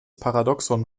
paradoxon